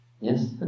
Yes